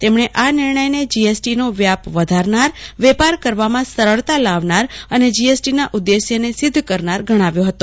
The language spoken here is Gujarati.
તેમણે આ નિર્ણયને જીએસટીનો વ્યાપ વધારનાર વેપાર કરવામાં સરળતા લાવનાર અને જીએસટીના ઉદેશ્યને સિધ્ધ કરનાર ગણાવ્યો હતો